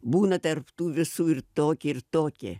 būna tarp tų visų ir toki ir toki